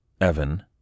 Evan